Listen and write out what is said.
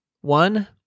one